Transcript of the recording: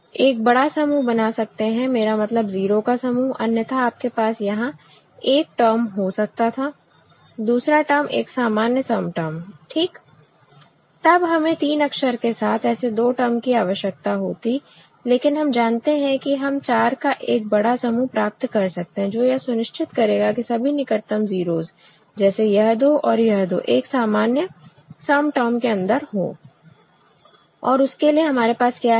एक बड़ा समूह बना सकते हैं मेरा मतलब 0 का समूह अन्यथा आपके पास यहां एक टर्म हो सकता था दूसरा टर्म एक सामान्य सम टर्म ठीक तब हमें 3 अक्षर के साथ ऐसे दो टर्म की आवश्यकता होती लेकिन हम जानते हैं कि हम 4 का एक बड़ा समूह प्राप्त कर सकते हैं जो यह सुनिश्चित करेगा कि सभी निकटतम 0's जैसे यह दो और यह दो एक सामान्य सम टर्म के अंदर हो और उसके लिए हमारे पास क्या है